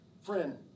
Friend